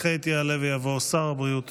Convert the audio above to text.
כעת יעלה ויבוא שר הבריאות